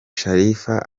sharifa